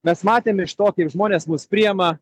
mes matėm iš to kaip žmonės mus priima